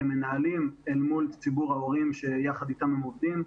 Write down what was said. למנהלים אל מול ציבור ההורים שיחד איתם הם עובדים.